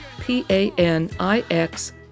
P-A-N-I-X